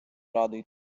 радий